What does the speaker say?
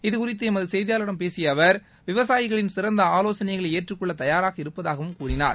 இதுகுறித்து எமது செய்தியாளரிடம் பேசிய அவர் விவசாயிகளின் சிறந்த ஆலோசனைகளை ஏற்றுக் கொள்ள தயாராக இருப்பதாகவும் கூறினார்